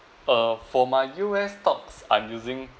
uh for my U_S stocks I'm using